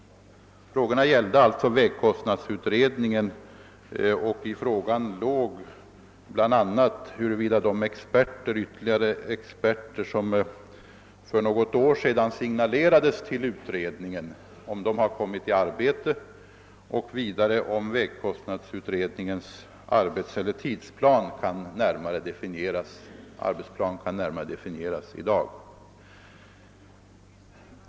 Frågan gällde huruvida de ytterligare experter som skulle knytas till utredningen, enligt vad som signalerades för något år sedan, har kommit i arbeie och vidare huruvida vägkostnadsutredningens tidsplan och arbetsplan kan närmare anges i dag.